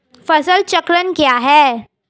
फसल चक्रण क्या है?